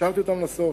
השארתי אותם לסוף.